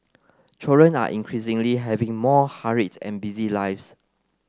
children are increasingly having more hurried and busy lives